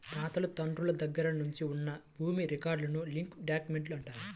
తాతలు తండ్రుల దగ్గర నుంచి ఉన్న భూమి రికార్డులను లింక్ డాక్యుమెంట్లు అంటారు